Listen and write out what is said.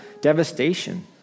devastation